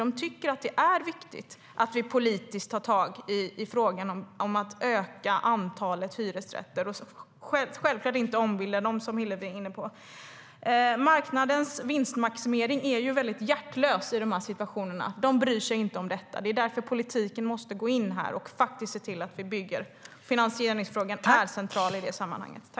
De tycker att det är viktigt att vi politiskt tar tag i frågan om att öka antalet hyresrätter och självklart inte ombilda hyresrätter, som Hillevi Larsson var inne på. Marknadens vinstmaximering är hjärtlös i dessa situationer. Den bryr sig inte. Det är därför politiken måste gå in och faktiskt se till att hyresrätter byggs. Finansieringsfrågan är central i det sammanhanget.